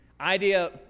idea